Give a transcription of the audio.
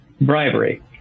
bribery